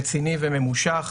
רציני וממושך.